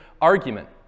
argument